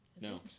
No